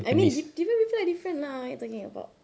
I mean different people are different lah what are you talking about